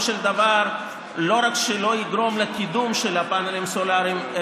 של דבר לא רק שלא יגרום לקידום של פאנלים סולריים,